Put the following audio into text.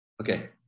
okay